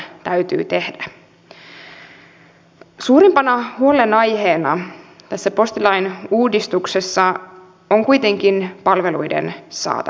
suurimpana huolenaiheena tässä postilain uudistuksessa on kuitenkin palveluiden saatavuus